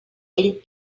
ell